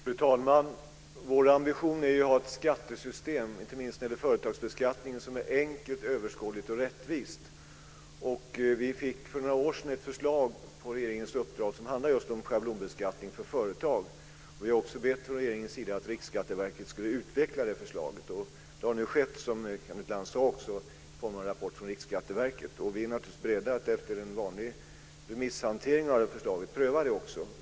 Fru talman! Vår ambition är att ha ett skattesystem, inte minst när det gäller företagsbeskattningen, som är enkelt, överskådligt och rättvist. Vi fick för några år sedan ett förslag, på regeringens uppdrag, som handlade just om schablonbeskattning av företag. Vi har från regeringens sida bett att Riksskatteverket skulle utveckla det förslaget. Det har nu skett, som Kenneth Lantz sade, i form av en rapport från Riksskatteverket. Vi är naturligtvis beredda att efter en vanlig remisshantering också pröva detta förslag.